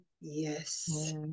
yes